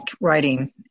writing